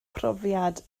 brofiad